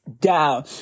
down